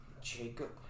Jacob